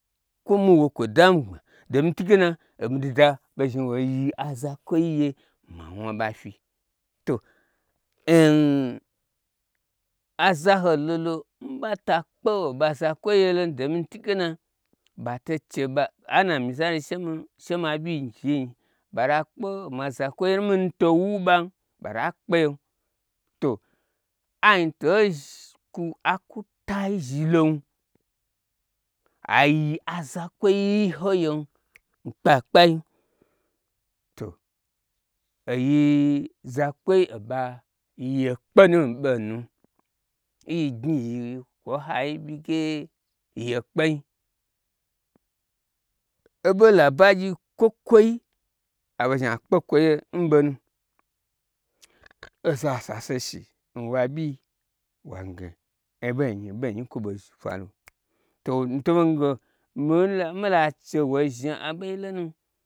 Kwo mi wo kwo dam gbma domi ntun gena omi duda ɓei zhni woi yi azakwoi ye ma wna ɓa fyi to azaho lolo n ɓata kpe oɓa zakwoi yelom domi tugena ɓato chi ana misali she ma ɓyi zhni nyi ɓata kpe oma zakwoi n minu to wuɓam ɓata kpeyem to anyi tei kwu akwutai zhilon aiyi aza kwoi hoyem n kpakpai to oyi zakwoi oɓa yekpenu ɓeinu. Nyignyi yiwo n hai ɓyi ge ye kpenyi oɓo labagyi kwokwoi aɓo zhni ai kpe kwoye n ɓonu oza saseshi nwo abyi wange ɓenyi benyi nkwo bei faru to mito ɓei gnage milache woi zhni abei n